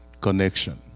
connection